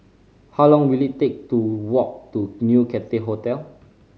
how long will it take to walk to New Cathay Hotel